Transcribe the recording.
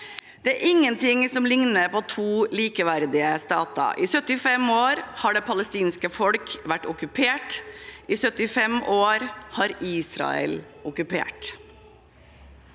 Det er ingenting som ligner på to likeverdige stater. I 75 år har det palestinske folk vært okkupert. I 75 år har Israel okkupert.